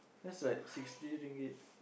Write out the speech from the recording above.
that's like sixty ringgit